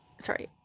sorry